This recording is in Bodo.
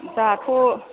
दाथ'